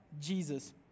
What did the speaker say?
Jesus